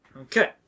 Okay